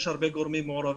יש הרבה גורמים מעורבים.